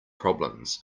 problems